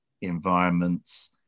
environments